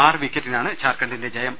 ആറ് വിക്കറ്റിനാണ് ജാർഖണ്ഡിന്റെ ജയം